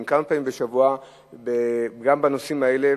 כמה פעמים בשבוע גם בנושאים האלה,